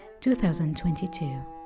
2022